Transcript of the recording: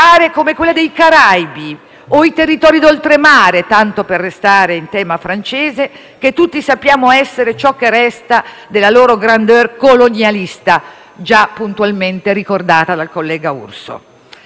aree come quella dei Caraibi o dei territori d'Oltremare - tanto per restare in tema francese - che tutti sappiamo essere ciò che resta della loro *grandeur* colonialista, già puntualmente ricordata dal collega Urso.